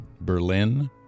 Berlin